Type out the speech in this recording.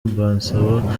mbasaba